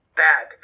bad